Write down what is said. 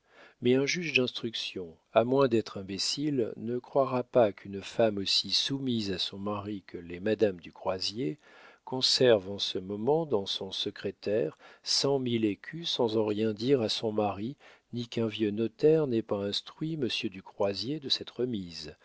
mais un juge d'instruction à moins d'être imbécile ne croira pas qu'une femme aussi soumise à son mari que l'est madame du croisier conserve en ce moment dans son secrétaire cent mille écus sans en rien dire à son mari ni qu'un vieux notaire n'ait pas instruit monsieur du croisier de cette remise